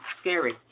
scary